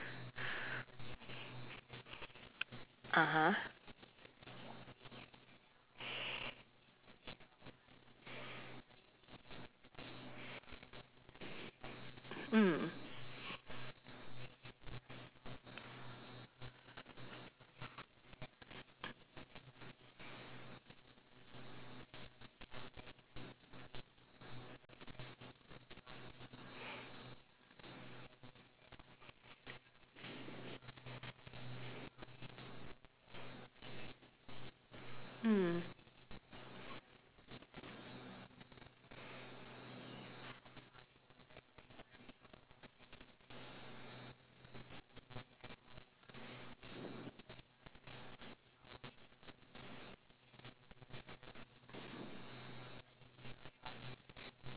(uh huh) mm mm